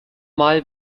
mal